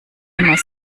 immer